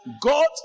God